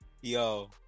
Yo